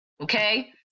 Okay